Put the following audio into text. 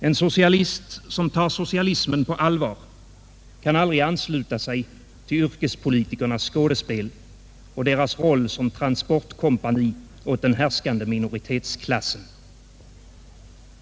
En socialist som tar socialismen på allvar kan aldrig ansluta sig till yrkespolitikernas skådespel och deras roll som transportkompani åt den härskande minoritetsklassen.